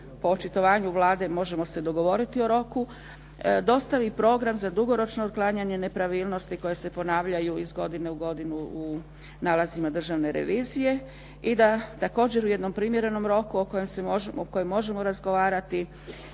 po očitovanju Vlade možemo se dogovoriti o roku, dostavi program za dugoročno otklanjanje nepravilnosti koje se ponavljaju iz godine u godinu u nalazima Državne revizije i da također u jednom primjerenom roku o kojem možemo razgovarati